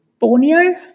Borneo